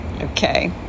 okay